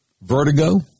vertigo